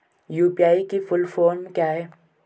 UPI की full form क्या है?